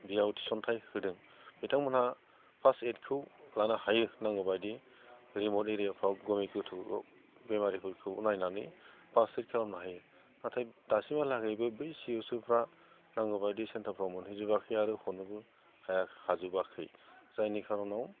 बियाव थिसनथाय होदों बिथांमोनहा फार्स्ट एदखौ लानो हायो नांगौबायदि रिमत एरियाफ्राव गामि गोथौआव बेमारिफोरखौ नायनानै फार्स्ट एद खालामनो हायो नाथाय दासिमहालागै बे सिकित्स'कफ्रा नांगौबायदि सेन्थारफ्राव मोनहैजोबाखै आरो हरनोबो हाया हाजोबाखै जायनि खारनाव